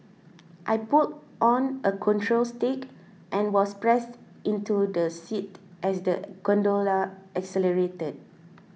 I pulled on a control stick and was pressed into the seat as the gondola accelerated